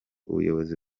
ubuyobozi